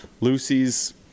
lucy's